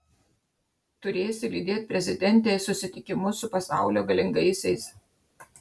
turėsi lydėt prezidentę į susitikimus su pasaulio galingaisiais